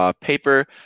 paper